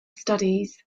studies